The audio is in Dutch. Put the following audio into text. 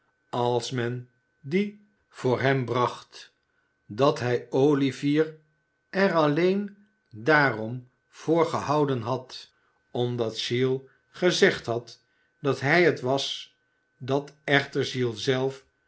als men dien voor hem bracht dat hij olivier er alleen daarom voor gehouden had omdat giles gezegd had dat hij het was dat echter giles zelf